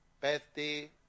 birthday